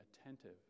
attentive